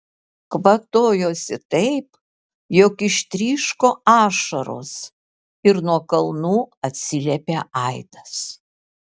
kvatojosi taip jog ištryško ašaros ir nuo kalnų atsiliepė aidas